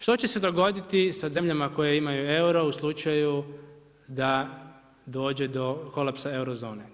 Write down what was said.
Što će se dogoditi sa zemljama koje imaju euro u slučaju da dođe do kolapsa euro zone?